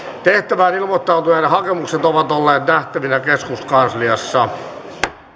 tehtävään ilmoittautuneiden hakemukset ovat olleet nähtävinä keskuskansliassa